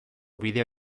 bideo